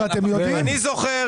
אני זוכר